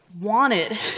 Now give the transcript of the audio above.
wanted